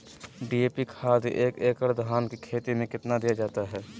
DAP खाद एक एकड़ धान की खेती में कितना दीया जाता है?